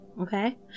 okay